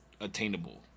attainable